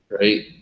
right